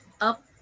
up